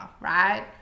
right